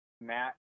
Matt